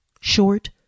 Short